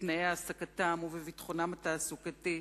בתנאי העסקתם ובביטחונם התעסוקתי,